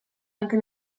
anche